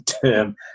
term